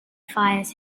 fires